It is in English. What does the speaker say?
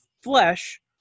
flesh